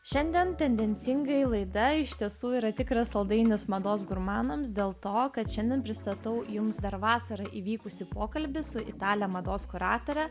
šiandien tendencingai laida iš tiesų yra tikras saldainis mados gurmanams dėl to kad šiandien pristatau jums dar vasarą įvykusį pokalbį su itale mados kuratore